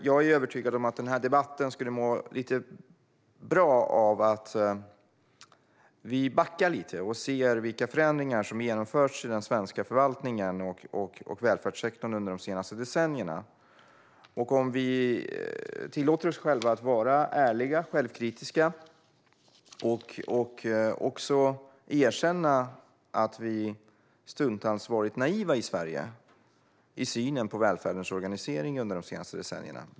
Jag är övertygad om att den här debatten skulle må bra av att vi backar lite och ser vilka förändringar som genomförts i den svenska förvaltningen och välfärdssektorn under de senaste decennierna och att vi tillåter oss själva att vara ärliga, självkritiska och erkänna att vi stundtals varit naiva i Sverige i synen på välfärdens organisering under de senaste decennierna.